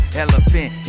elephant